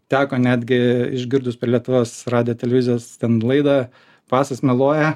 teko netgi išgirdus per lietuvos radijo televizijos ten laidą pasas meluoja